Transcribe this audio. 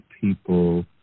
people